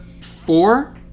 four